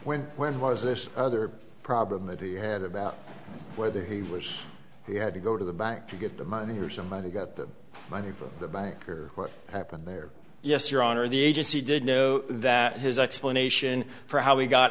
when when was this other problem that he had about whether he was he had to go to the bank to get the money or somebody got the money from the bank here or happened there yes your honor the agency did know that his explanation for how he got